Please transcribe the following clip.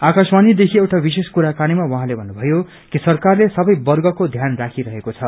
आकाशवाणी देखि एउटा विशेष कुराकानीमा उहाँले भन्नुभयो कि सरकारले सबे वर्गको ध्यान राखिरहेको छ